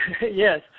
yes